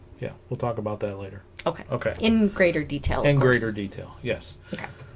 yeah we'll talk about that later okay okay in greater detail in greater detail yes okay